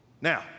Now